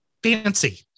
Fancy